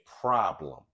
problem